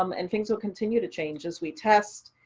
um and things will continue to change as we test,